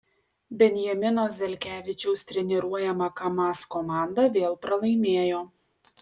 benjamino zelkevičiaus treniruojama kamaz komanda vėl pralaimėjo